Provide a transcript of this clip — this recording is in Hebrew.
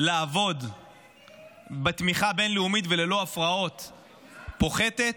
לעבוד בתמיכה בין-לאומית וללא הפרעות פוחתת,